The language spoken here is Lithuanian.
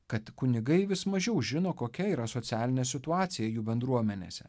kad kunigai vis mažiau žino kokia yra socialinė situacija jų bendruomenėse